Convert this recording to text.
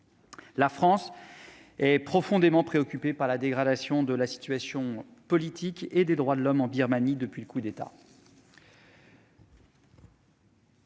La France est profondément préoccupée par la dégradation de la situation politique et des droits de l'homme en Birmanie depuis le coup d'État,